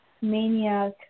maniac